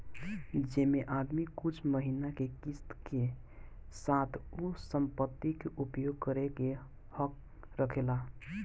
जेमे आदमी कुछ महिना के किस्त के साथ उ संपत्ति के उपयोग करे के हक रखेला